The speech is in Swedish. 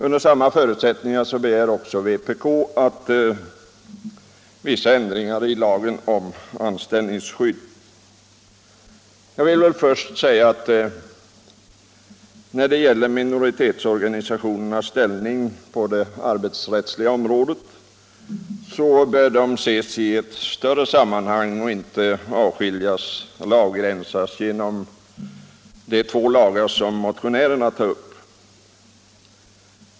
Under samma förutsättningar begär vpk också vissa ändringar i lagen om anställningsskydd. När det gäller minoritetsorganisationernas ställning på det arbetsrättsliga området vill jag först säga att de bör ses i ett större sammanhang och inte avgränsas till bara de två lagar som motionärerna tar upp.